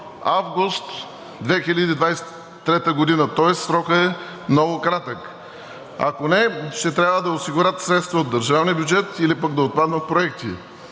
август 2023 г. Тоест срокът е много кратък. Ако не, ще трябва да осигурят средства от държавния бюджет или пък да отпаднат проекти.